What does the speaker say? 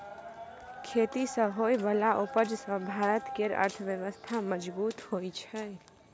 खेती सँ होइ बला उपज सँ भारत केर अर्थव्यवस्था मजगूत होइ छै